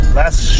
last